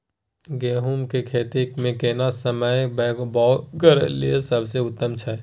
गहूम के खेती मे केना समय बौग करय लेल सबसे उत्तम छै?